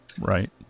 right